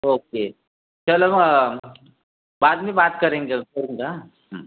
okay चलो मग बाद मे बात करेंगे करूंगा हा